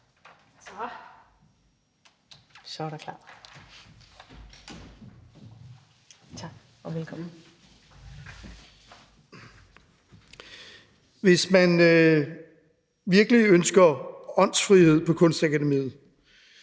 Søndergaard (EL): Hvis man virkelig ønsker åndsfrihed på Kunstakademiet,